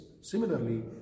Similarly